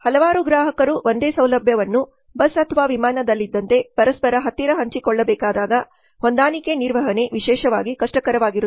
ಹಲವಾರು ಗ್ರಾಹಕರು ಒಂದೇ ಸೌಲಭ್ಯವನ್ನು ಬಸ್ ಅಥವಾ ವಿಮಾನದಲ್ಲಿದ್ದಂತೆ ಪರಸ್ಪರ ಹತ್ತಿರ ಹಂಚಿಕೊಳ್ಳಬೇಕಾದಾಗ ಹೊಂದಾಣಿಕೆ ನಿರ್ವಹಣೆ ವಿಶೇಷವಾಗಿ ಕಷ್ಟಕರವಾಗಿರುತ್ತದೆ